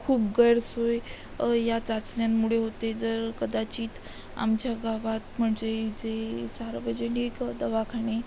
खूप गैरसोय या चाचण्यांमुळे होते जर कदाचित आमच्या गावात म्हणजे जे सार्वजनिक दवाखाने